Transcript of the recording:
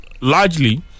largely